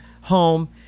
home